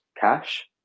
cash